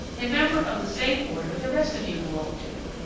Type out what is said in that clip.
a member of the same order the rest of you belong to,